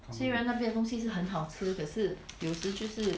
虽然那边的东西是很好吃可是有时就是